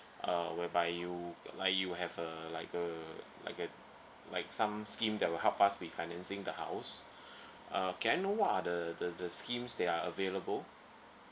uh whereby you like you have a like a like a like some scheme that will help us with financing the house uh can I know what are the the the schemes they are available